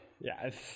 Yes